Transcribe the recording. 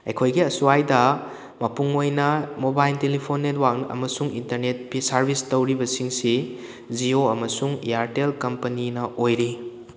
ꯑꯩꯈꯣꯏꯒꯤ ꯑꯁꯋꯥꯏꯗ ꯃꯄꯨꯡ ꯑꯣꯏꯅ ꯃꯣꯕꯥꯏꯟ ꯇꯤꯂꯤꯐꯣꯟ ꯅꯦꯠꯋꯥꯛ ꯑꯃꯁꯨꯡ ꯏꯟꯇꯔꯅꯦꯠꯀꯤ ꯁꯥꯔꯕꯤꯁ ꯇꯧꯔꯤꯕꯁꯤꯡꯑꯁꯤ ꯖꯤꯑꯣ ꯑꯃꯁꯨꯡ ꯏꯌꯥꯔꯇꯦꯜ ꯀꯝꯄꯅꯤꯅ ꯑꯣꯏꯔꯤ